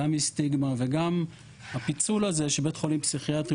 גם מסטיגמה וגם הפיצול הזה שבית חולים פסיכיאטרי